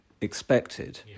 expected